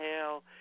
hell